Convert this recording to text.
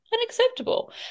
unacceptable